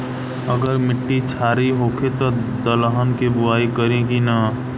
अगर मिट्टी क्षारीय होखे त दलहन के बुआई करी की न?